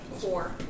Four